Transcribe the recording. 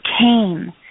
came